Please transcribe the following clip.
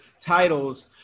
titles